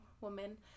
woman